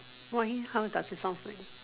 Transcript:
why how does he sound like